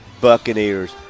Buccaneers